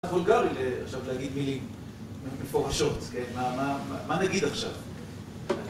קצת וולגרי ל... עכשיו, להגיד מילים מפורשות, כן? מה, מה נגיד עכשיו?